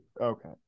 Okay